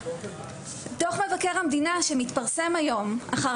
דוח מבקר המדינה שמתפרסם היום אחר